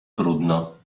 trudno